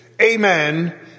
amen